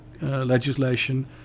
legislation